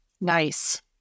Nice